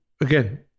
again